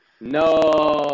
no